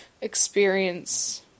experience